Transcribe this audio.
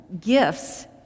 gifts